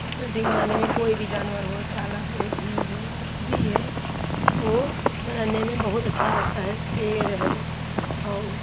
और पेन्टिंग बनाने में कोई भी जानवर होए तालाब है झील है कुछ भी है तो वो बनाने में बहुत अच्छा लगता है जो शेर है और